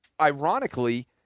ironically